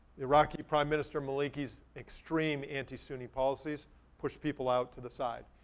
iraqi prime minister maliki's extreme anti-sunni policies pushed people out to the side.